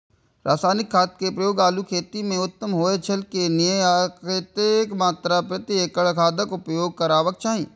रासायनिक खाद के प्रयोग आलू खेती में उत्तम होय छल की नेय आ कतेक मात्रा प्रति एकड़ खादक उपयोग करबाक चाहि?